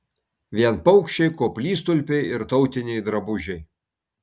vien paukščiai koplytstulpiai ir tautiniai drabužiai